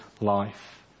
life